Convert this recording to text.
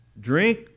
Drink